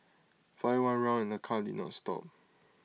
fired one round the car did not stop